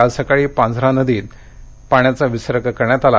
काल सकाळी पांझरा नदीत पाण्याचा विसर्ग करण्यात आला